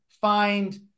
find